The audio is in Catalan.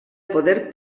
poder